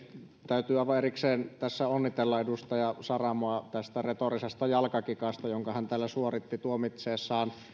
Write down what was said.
täytyy aivan erikseen tässä onnitella edustaja saramoa retorisesta jalkakikasta jonka hän täällä suoritti tuomitessaan